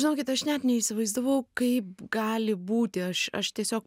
žinokit aš net neįsivaizdavau kaip gali būti aš aš tiesiog